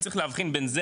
צריך להבחין בין זה,